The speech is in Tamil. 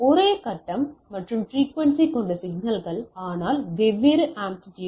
ஒரே கட்டம் மற்றும் பிரிக்குவென்சி கொண்ட சிக்னல்கள் ஆனால் வெவ்வேறு ஆம்ப்ளிடியூட்ஸ்